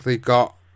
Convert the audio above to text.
got